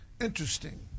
Interesting